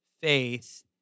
faith